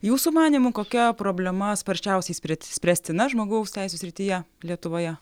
jūsų manymu kokia problema sparčiausiai spre spręstina žmogaus teisių srityje lietuvoje